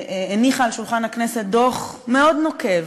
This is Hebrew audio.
שהניחה על שולחן הכנסת דוח מאוד נוקב,